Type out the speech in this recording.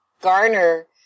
garner